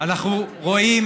אנחנו רואים